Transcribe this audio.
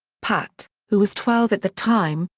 pat, who was twelve at the time,